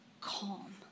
calm